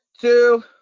two